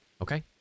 Okay